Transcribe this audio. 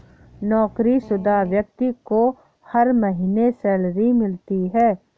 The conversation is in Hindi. नौकरीशुदा व्यक्ति को हर महीने सैलरी मिलती है